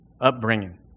upbringing